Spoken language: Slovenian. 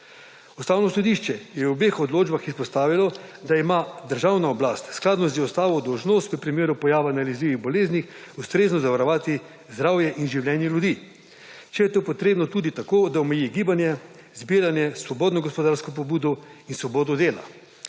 Ustavno sodišče je v obeh odločbah izpostavilo, da ima državna oblast skladno z ustavo dolžnost v primeru pojava nalezljivih bolezni ustrezno zavarovati zdravje in življenje ljudi, če je to potrebno tudi tako, da omeji gibanje, zbiranje, svobodno gospodarsko pobudo in svobodo dela.